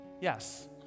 Yes